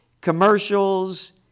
commercials